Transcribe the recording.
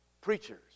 preachers